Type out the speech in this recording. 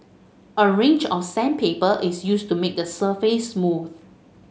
a range of sandpaper is used to make the surface smooth